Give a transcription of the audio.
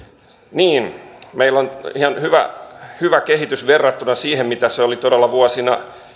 niin meillä on ihan hyvä hyvä kehitys verrattuna siihen mitä se oli todella vuosina